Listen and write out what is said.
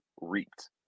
reaped